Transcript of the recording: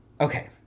okay